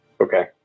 Okay